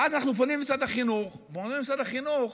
אנחנו פונים למשרד החינוך ואומרים למשרד החינוך: